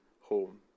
home